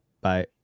Bye